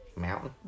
Mountain